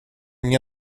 мне